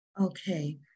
Okay